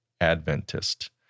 Adventist